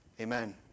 Amen